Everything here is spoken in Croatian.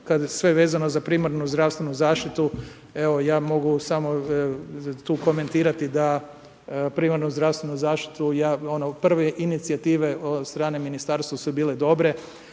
kada je sve vezano za primarnu zdravstvenu zaštitu evo ja mogu samo tu komentirati da primarnu zdravstvenu zaštitu, prve inicijative od strane ministarstva su bile dobre,